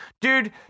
Dude